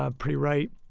ah pretty right.